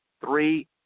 three